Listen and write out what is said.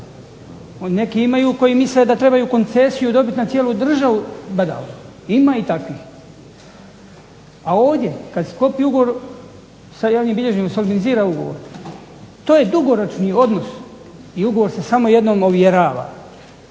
Neki imaju koji misle da trebaju koncesiju dobiti na cijelu državu, ima i takvih. A ovdje kad se sklopi ugovor sa javnim bilježnikom i solemnizira ugovor to je dugoročni odnos i ugovor se samo jednom ovjerava